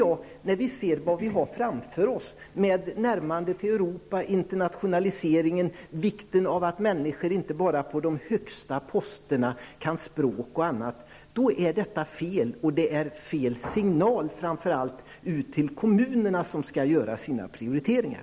Med tanke på vad vi har framför oss--närmandet till Europa, internationaliseringen och vikten av att människor inte bara på de högsta posterna kan språk och annat -- ser vi att detta är fel. Det är framför allt fel signal till kommunerna, som skall göra sina prioriteringar.